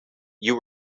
you